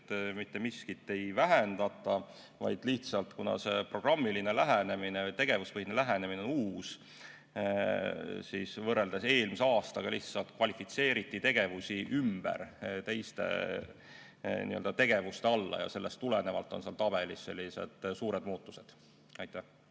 et mitte miskit ei vähendata, vaid kuna see programmiline, tegevuspõhine lähenemine on uus, siis võrreldes eelmise aastaga lihtsalt kvalifitseeriti tegevusi ümber teiste tegevuste alla ja sellest tulenevalt on seal tabelis sellised suured muutused. Tarmo